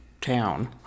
town